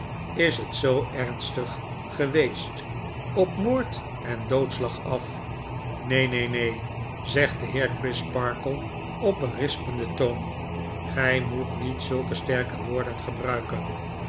ls het zoo erg geweest op moord en doodslag af neen neen neen zegt de heer crisparkle op berispenden toon gij moet niet zulke sterke woorden gebruiken